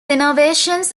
innovations